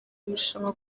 irushanwa